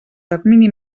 termini